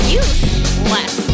useless